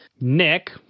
Nick